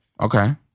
Okay